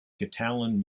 catalan